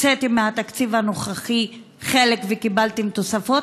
הקציתם מהתקציב הנוכחי חלק וקיבלתם תוספות,